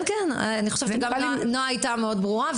אני חושבת שנועה הייתה מאוד ברורה.